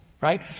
right